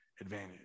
advantage